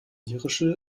irische